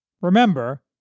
remember